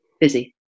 busy